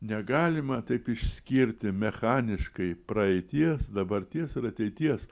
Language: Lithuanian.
negalima taip išskirti mechaniškai praeities dabarties ir ateities